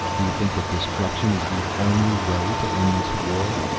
do you think that destruction is the only way to end this war?